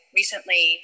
recently